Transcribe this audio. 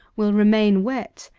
will remain wet,